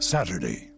Saturday